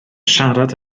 siarad